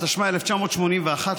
התשמ"א 1981,